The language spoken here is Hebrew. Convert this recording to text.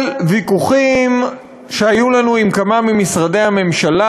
אבל ויכוחים שהיו לנו עם כמה ממשרדי הממשלה,